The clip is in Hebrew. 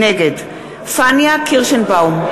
נגד פניה קירשנבאום,